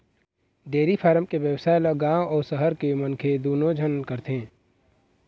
dairy farm के बेवसाय ल गाँव अउ सहर के मनखे दूनो झन करथे